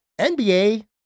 NBA